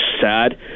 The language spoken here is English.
Sad